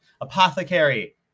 Apothecary